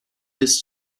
his